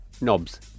knobs